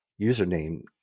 username